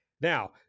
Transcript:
Now